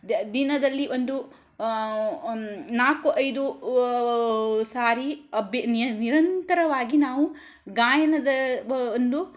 ದಿನದಲ್ಲಿ ಒಂದು ನಾಲ್ಕು ಐದು ಸಾರಿ ಅಬಿ ನಿರಂತರವಾಗಿ ನಾವು ಗಾಯನದ ಒಂದು